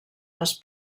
les